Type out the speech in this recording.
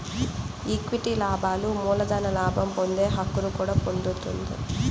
equity లాభాలు మూలధన లాభం పొందే హక్కును కూడా పొందుతుంది